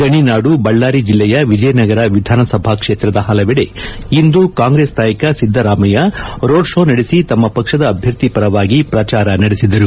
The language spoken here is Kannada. ಗಣಿನಾದು ಬಳ್ಳಾರಿ ಜಿಲ್ಲೆಯ ವಿಜಯನಗರ ವಿಧಾನ ಸಭಾ ಕ್ಷೇತ್ರದ ಹಲವೆಡೆ ಇಂದು ಕಾಂಗ್ರೆಸ್ ನಾಯಕ ಸಿದ್ದರಾಮಯ್ಯ ರೋಡ್ ಷೋ ನಡೆಸಿ ತಮ್ಮ ಪಕ್ಷದ ಅಭ್ಯರ್ಥಿ ಪರವಾಗಿ ಪ್ರಚಾರ ನಡೆಸಿದರು